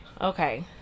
Okay